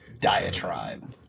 diatribe